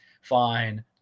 Fine